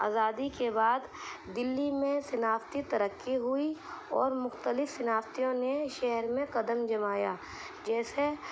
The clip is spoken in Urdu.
آزادی کے بعد دلی میں صنعتی ترقی ہوئی اور مختلف صنعتی نے شہر میں قدم جمایا جیسے